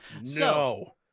No